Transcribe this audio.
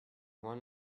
one